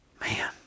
man